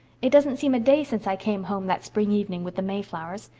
it doesn't seem a day since i came home that spring evening with the mayflowers.